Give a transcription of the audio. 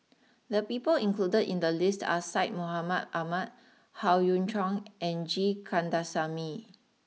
the people included in the list are Syed Mohamed Ahmed Howe Yoon Chong and G Kandasamy